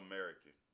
American